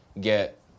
get